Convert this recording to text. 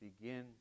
Begin